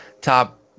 top